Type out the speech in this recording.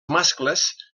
mascles